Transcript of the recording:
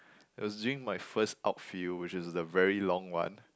it was during my first outfield which is the very long one